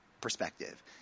perspective